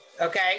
Okay